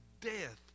death